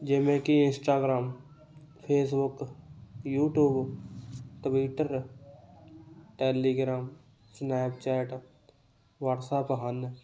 ਜਿਵੇਂ ਕਿ Instagram Facebook YouTube Twitter Telegram Snapchat WhatsApp ਹਨ